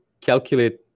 calculate